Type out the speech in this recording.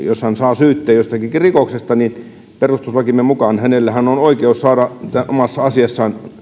jos ihminen saa syytteen jostakin rikoksesta niin perustuslakimme mukaan hänellä on oikeus saada omassa asiassaan